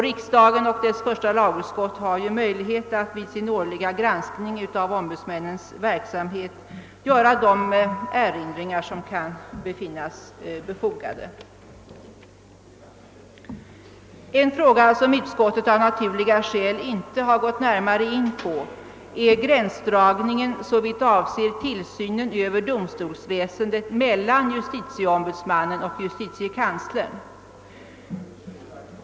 Riksdagen och dess första lagutskott har möjlighet att vid sin årliga granskning av ombudsmännens verksamhet göra de erinringar som kan anses befogade. En fråga som utskottet av naturliga skäl inte har gått närmare in på är gränsdragningen, såvitt avser tillsynen över domstolsväsendet, mellan justitieombudsmannen och justitiekanslern.